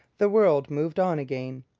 the world moved on again,